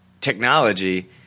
technology